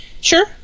Sure